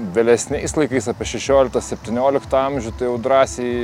vėlesniais laikais apie šešioliktą septynioliktą amžių tai jau drąsiai